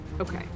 Okay